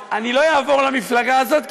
אז אני לא אעבור למפלגה הזאת,